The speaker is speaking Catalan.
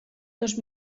dos